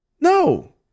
No